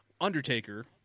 Undertaker